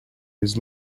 his